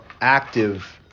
active